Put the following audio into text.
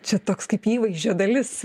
čia toks kaip įvaizdžio dalis